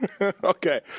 Okay